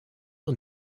und